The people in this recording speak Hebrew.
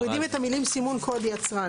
מורידים את המילים "סימון קוד יצרן".